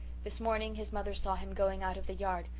this morning his mother saw him going out of the yard,